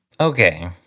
Okay